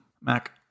Mac